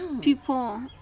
People